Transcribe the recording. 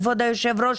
כבוד היושב ראש,